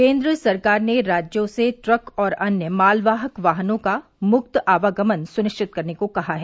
केन्द्र सरकार ने राज्यों से ट्रक और अन्य मालवाहक वाहनों का मुक्त आवागमन सुनिश्चित करने को कहा है